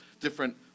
different